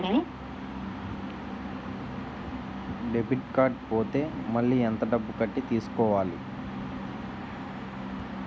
Debit card పోతే మళ్ళీ ఎంత డబ్బు కట్టి తీసుకోవాలి?